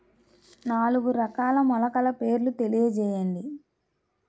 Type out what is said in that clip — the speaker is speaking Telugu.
నాలుగు రకాల మొలకల పేర్లు తెలియజేయండి?